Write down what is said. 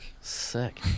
sick